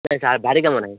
ନାଇଁ ସାର୍ ଭାରି କାମ ନାହିଁ